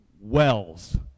wells